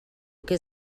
que